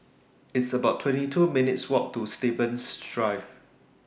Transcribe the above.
It's about twenty two minutes' Walk to Stevens Drive